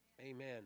Amen